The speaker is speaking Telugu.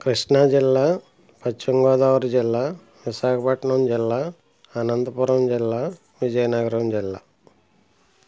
కృష్ణ జిల్లా పశ్చిమగోదావరి జిల్లా విశాఖపట్టణం జిల్లా అనంతపురం జిల్లా విజయనగరం జిల్లా